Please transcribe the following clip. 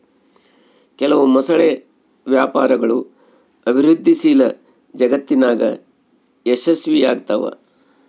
ಕೆಲವು ಮೊಸಳೆ ವ್ಯಾಪಾರಗಳು ಅಭಿವೃದ್ಧಿಶೀಲ ಜಗತ್ತಿನಾಗ ಯಶಸ್ವಿಯಾಗ್ತವ